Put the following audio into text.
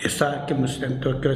įsakymus ten tokio